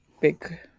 big